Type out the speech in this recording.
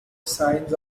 signs